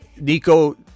Nico